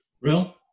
Real